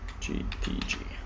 GTG